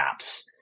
apps